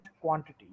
quantity